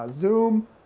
Zoom